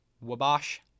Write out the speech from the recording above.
Wabash